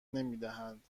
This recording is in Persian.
نمیدهند